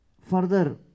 further